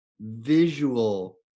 visual